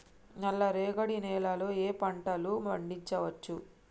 నల్లరేగడి నేల లో ఏ ఏ పంట లు పండించచ్చు?